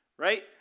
Right